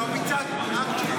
הוא לא ביצע אקט של טרור?